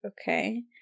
Okay